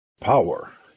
Power